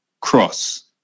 cross